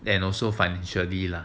and also financially lah